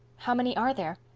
how many are there?